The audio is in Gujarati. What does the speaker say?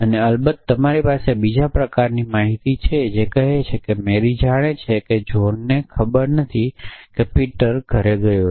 અને અલબત્ત તમારી પાસે બીજા પ્રકારની માહિતી છે જે કહે છે કે મેરી જાણે છે કે જ્હોનને ખબર નથી કે પીટર ઘરે ગયો છે